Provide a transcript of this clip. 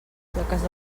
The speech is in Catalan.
sueques